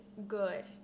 Good